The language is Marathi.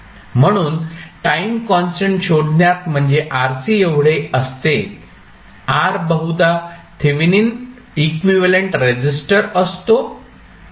म्हणून टाईम कॉन्स्टंट शोधण्यात म्हणजेच RC एवढे असते R बहुधा थेव्हिनिन इक्विव्हॅलेंट रेसिस्टर असतो